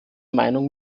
meinung